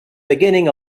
beginning